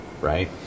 right